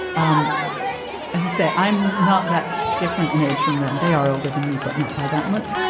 um as i say, i'm not that different in age from them. they are older than me, but not by that much.